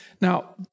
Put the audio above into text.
Now